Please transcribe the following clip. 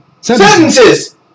Sentences